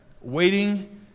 waiting